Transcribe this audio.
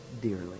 dearly